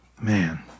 Man